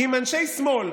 עם אנשי שמאל.